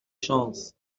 chances